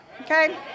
okay